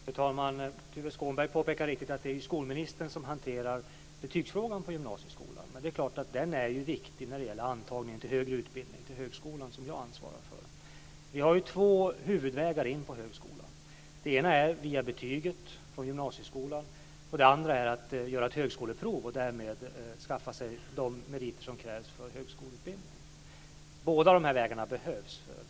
Fru talman! Tuve Skånberg påpekade riktigt att det är skolministern som hanterar betygsfrågan på gymnasieskolan. Men det är klart att den är viktig för antagningen till högre utbildning, som jag ansvarar för. Vi har två huvudvägar in på högskolan. Den ena går via betyget från gymnasieskolan. Den andra är att göra ett högskoleprov och därmed skaffa sig de meriter som krävs för högskoleutbildning. Båda dessa vägar behövs.